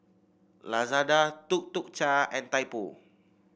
Lazada Tuk Tuk Cha and Typo